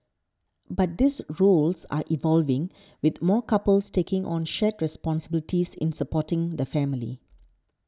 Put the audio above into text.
but these roles are evolving with more couples taking on shared responsibilities in supporting the family